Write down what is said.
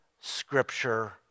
Scripture